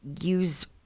use